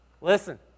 Listen